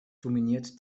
dominiert